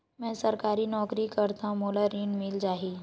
मै सरकारी नौकरी करथव मोला ऋण मिल जाही?